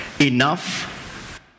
enough